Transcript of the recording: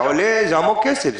זה המון כסף,